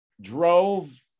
drove